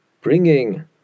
bringing